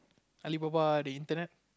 Alibaba the internet